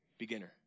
beginner